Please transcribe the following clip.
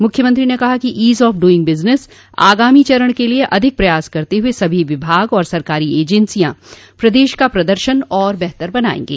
मुख्यमंत्री ने कहा कि ईज ऑफ डूइंग बिजनेश आगामी चरण के लिये अधिक प्रयास करते हुए सभी विभाग और सरकारी एजेंसियां प्रदेश का प्रदर्शन और बेहतर बनाये